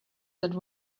that